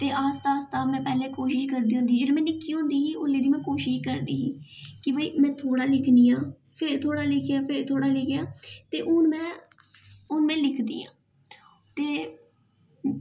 ते आस्ता आस्ता पैह्ले में कोशिश करदी होंदी ही में निक्की होंदी ही ते में कोशिश करदी ही कि भाई में थोह्ड़ा लिखनियां फिर थोह्ड़ा लिखेआ फिर थोह्ड़ा लिखेआ फिर में ते में हून में लिखदियां